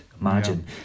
imagine